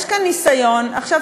יש כאן ניסיון, איזה צביעות.